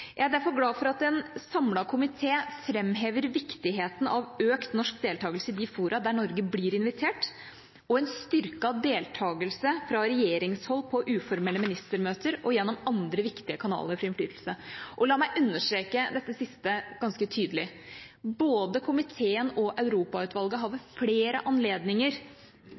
Jeg er derfor glad for at en samlet komité framhever viktigheten av en økt norsk deltakelse i de fora der Norge blir invitert, og en styrket deltakelse fra regjeringshold på uformelle ministermøter og gjennom andre viktige kanaler for innflytelse. La meg understreke dette siste ganske tydelig: Både komiteen og Europautvalget har ved flere anledninger